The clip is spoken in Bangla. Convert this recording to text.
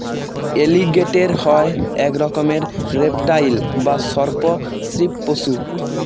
এলিগেটের হয় এক রকমের রেপ্টাইল বা সর্প শ্রীপ পশু